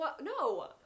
No